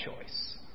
choice